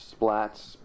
splats